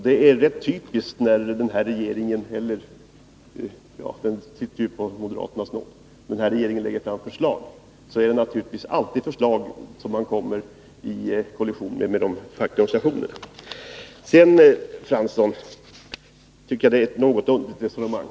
Det är rätt typiskt att den här regeringen alltid lägger fram sådana förslag att den kommer i kollision med de fackliga organisationerna. Jag tycker att Arne Fransson för ett underligt resonemang.